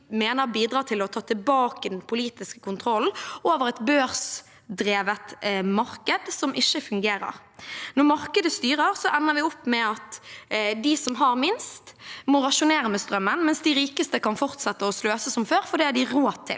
mener bidrar til å ta tilbake den politiske kontrollen over et børsdrevet marked som ikke fungerer. Når markedet styrer, ender vi opp med at de som har minst, må rasjonere på strømmen, mens de rikeste kan fortsette å sløse som før, for det har de råd til.